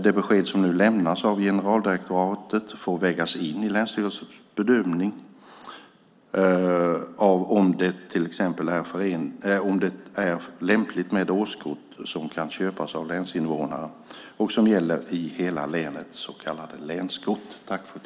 Det besked som nu lämnats av generaldirektoratet får vägas in i länsstyrelsernas bedömning av om det till exempel är lämpligt med årskort som kan köpas av länsinnevånarna och som gäller i hela länet, så kallat länskort.